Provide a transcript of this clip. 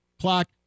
clock